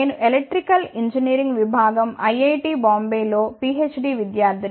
నేను electrical engineering విభాగం IIT బొంబాయిలో పిహెచ్డి విద్యార్థిని